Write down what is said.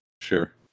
sure